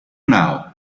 now